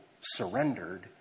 surrendered